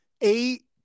eight